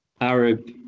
Arab